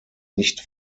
nicht